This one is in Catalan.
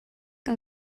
que